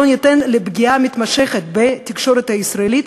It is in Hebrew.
לא ניתן לפגוע פגיעה מתמשכת בתקשורת הישראלית,